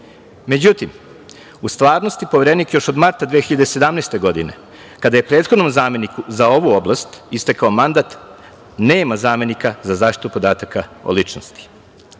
Međutim, u stvarnosti, Poverenik još od marta 2017. godine kada je prethodnom zameniku za ovu oblast istekao mandat, nema zamenika za zaštitu podataka o ličnosti. Šta